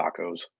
tacos